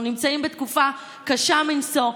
אנחנו נמצאים בתקופה קשה מנשוא,